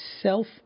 self